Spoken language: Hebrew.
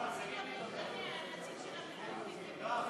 אני קובעת כי הצעת חוק שירות המילואים (תיקון,